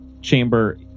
chamber